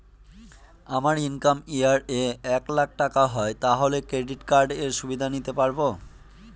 আমার income year এ এক লাক টাকা হয় তাহলে ক্রেডিট কার্ড এর সুবিধা নিতে পারবো?